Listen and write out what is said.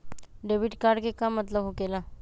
Debit card के का मतलब होकेला?